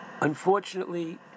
unfortunately